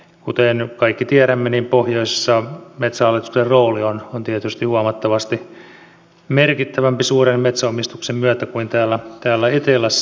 kuten kaikki tiedämme niin pohjoisessa metsähallituksen rooli on tietysti huomattavasti merkittävämpi suuren metsänomistuksen myötä kuin täällä etelässä